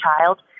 child